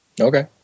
Okay